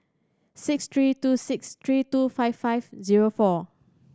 six three two six three two five five zero four